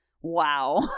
wow